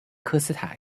科斯塔